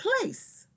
place